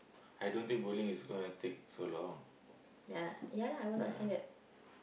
I don't think bowling is gonna take so long ya